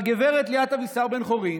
והגב' לירן אבישר בן-חורין,